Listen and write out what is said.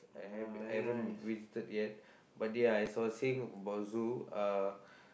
I have~ haven't visited yet one day I sourcing about zoo uh